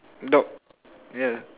dog ya